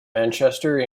manchester